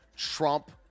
Trump